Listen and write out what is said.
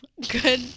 good